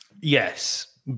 Yes